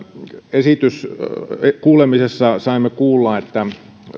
kuulemisessa saimme kuulla että